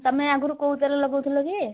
ତୁମେ ଆଗରୁ କେଉଁ ତେଲ ଲଗାଉଥିଲ କି